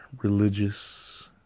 religious